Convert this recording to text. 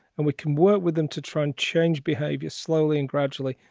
and we can work with them to try and change behavior slowly and gradually.